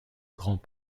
grand